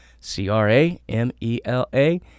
C-R-A-M-E-L-A